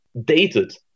dated